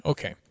Okay